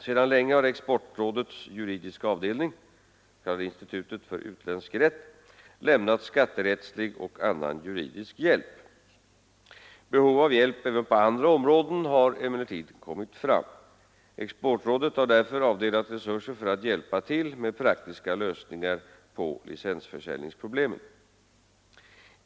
Sedan länge har Exportrådets juridiska avdelning, institutet för utländsk rätt, lämnat skatterättslig och annan juridisk hjälp. Behov av hjälp även på andra områden har emellertid kommit fram. Exportrådet har därför avdelat resurser för att hjälpa till med praktiska lösningar på licensförsäljningsproblemen.